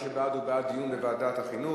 מי שבעד הוא בעד דיון בוועדת החינוך,